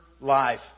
life